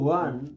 one